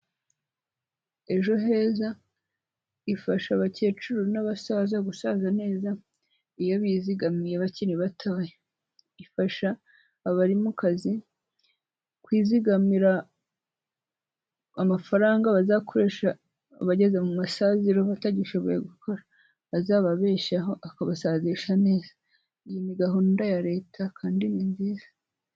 Ejo heza, ifasha abakecuru n'abasaza gusaza neza, iyo bizigamiye bakiri batoya, ifasha abari mu kazi kwizigamira amafaranga bazakoresha bageze mu masaziro batagishoboye gukora, azababesheho akabasazisha neza, iyi ni gahunda ya Leta kandi ni nziza.